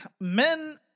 men